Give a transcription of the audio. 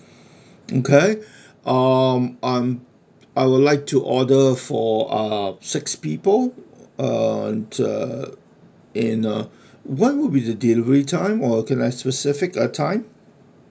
okay mm um I would like to order for uh six people and uh in uh what will be the delivery time can I specific the time